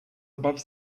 above